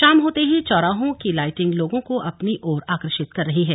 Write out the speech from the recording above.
शाम होते ही चौराहों की लाइटिंग लोगों को अपनी ओर आकर्षित कर रही हैं